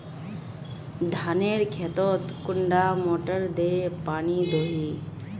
धानेर खेतोत कुंडा मोटर दे पानी दोही?